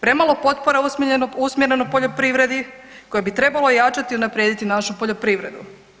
Premalo potpora je usmjereno poljoprivredi koje bi trebalo ojačati i unaprijediti našu poljoprivredu.